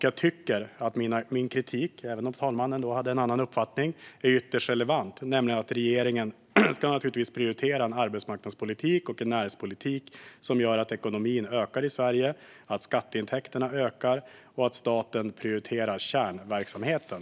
Jag tycker - även om fru talman har en annan uppfattning - att min kritik är ytterst relevant, nämligen att regeringen naturligtvis ska prioritera en arbetsmarknadspolitik och en näringspolitik som gör att ekonomin växer i Sverige och att skatteintäkterna ökar. Staten ska prioritera kärnverksamheten.